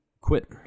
quit